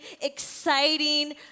exciting